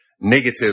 negative